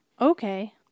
Okay